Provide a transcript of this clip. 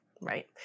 right